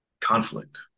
conflict